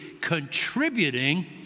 contributing